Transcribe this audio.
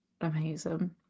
Amazing